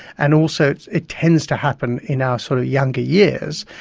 and also it tends to happen in our sort of younger years.